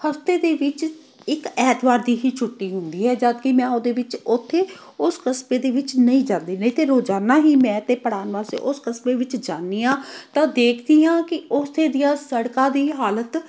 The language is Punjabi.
ਹਫ਼ਤੇ ਦੇ ਵਿੱਚ ਇੱਕ ਐਤਵਾਰ ਦੀ ਹੀ ਛੁੱਟੀ ਹੁੰਦੀ ਹੈ ਜਦੋਂਕਿ ਮੈਂ ਉਹਦੇ ਵਿੱਚ ਉੱਥੇ ਉਸ ਕਸਬੇ ਦੇ ਵਿੱਚ ਨਹੀਂ ਜਾਂਦੀ ਨਹੀਂ ਅਤੇ ਰੋਜ਼ਾਨਾ ਹੀ ਮੈਂ ਤਾਂ ਪੜ੍ਹਾਉਣ ਵਾਸਤੇ ਉਸ ਕਸਬੇ ਵਿੱਚ ਜਾਂਦੀ ਹਾਂ ਤਾਂ ਦੇਖਦੀ ਹਾਂ ਕਿ ਉੱਥੇ ਦੀਆਂ ਸੜਕਾਂ ਦੀ ਹਾਲਤ